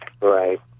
Right